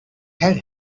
had